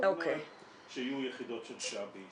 זאת אומרת שיהיו יחידות של שבי,